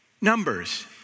numbers